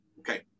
Okay